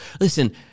listen